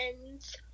friends